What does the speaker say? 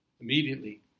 Immediately